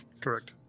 Correct